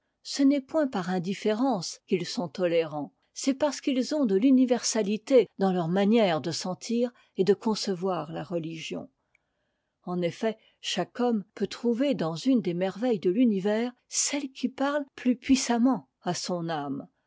ce n'est point par indifférence qu'ils sont to érants c'est parce qu'ils ont de l'universalité dans leur manière de sentir et de concevoir la religion en effet chaque homme peut trouver dans une des merveilles de l'univers celle qui parle plus puissamment à son âme